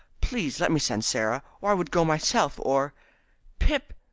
please let me send sarah or i would go myself, or pip!